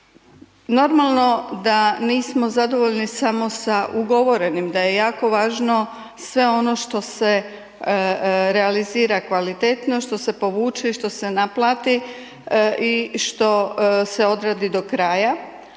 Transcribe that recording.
Normalno da nismo zadovoljni samo sa ugovorenim da je jako važno sve ono što se realizira kvalitetno što se povuče i što se naplati i što se odradi do kraja.